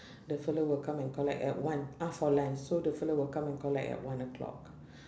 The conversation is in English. the fellow will come and collect at one ah for lunch so the fellow will come and collect at one o'clock